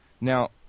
Now